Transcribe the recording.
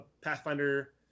Pathfinder